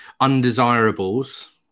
undesirables